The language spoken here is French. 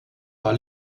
par